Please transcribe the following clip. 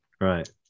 right